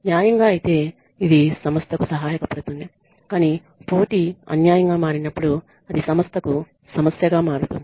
న్యాయంగా ఐతే ఇది సంస్థకు సహాయపడుతుంది కానీ పోటీ అన్యాయంగా మారినప్పుడు అది సంస్థకు సమస్యగా మారుతుంది